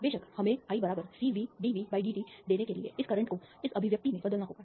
बेशक हमें ICVdVdt देने के लिए इस करंट को इस अभिव्यक्ति में बदलना होगा